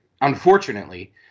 unfortunately